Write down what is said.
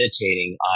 meditating